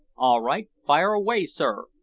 all right fire away, sir,